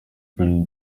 blue